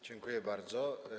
Dziękuję bardzo.